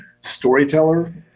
storyteller